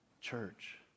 Church